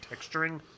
texturing